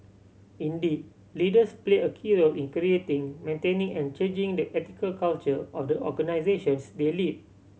indeed leaders play a key in creating maintaining and changing the ethical culture of the organisations they lead